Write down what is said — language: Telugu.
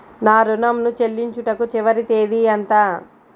నా ఋణం ను చెల్లించుటకు చివరి తేదీ ఎంత?